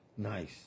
Nice